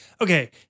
okay